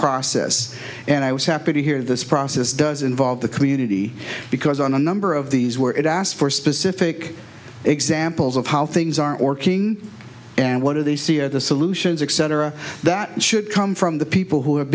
process and i was happy to hear this process does involve the community because on a number of these were it asked for specific examples of how things are or king and what do they see are the solutions etc that should come from the people who have